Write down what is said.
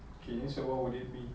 okay so what would it be